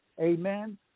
Amen